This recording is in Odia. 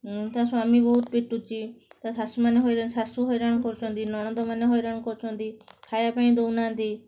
ତା ସ୍ୱାମୀ ବହୁତ ପିଟୁଛି ତା ଶାଶୁମାନେ ଶାଶୁ ହଇରାଣ କରୁଛନ୍ତି ନଣନ୍ଦମାନେ ହଇରାଣ କରୁଛନ୍ତି ଖାଇବା ପାଇଁ ଦଉନାହାଁନ୍ତି